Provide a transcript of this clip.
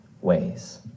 ways